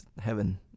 heaven